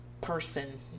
person